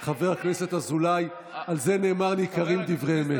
חבר הכנסת אזולאי, על זה נאמר: ניכרים דברי אמת.